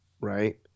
right